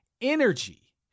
energy